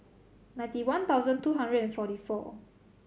ninety one thousand two hundred and forty four